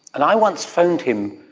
and i once phoned him,